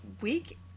week